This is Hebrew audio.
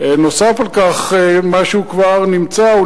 נוסף על מה שהוא כבר נמצא בו,